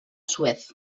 suez